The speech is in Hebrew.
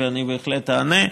ואני בהחלט אענה.